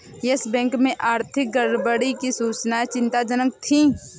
yes Bank में आर्थिक गड़बड़ी की सूचनाएं चिंताजनक थी